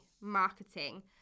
marketing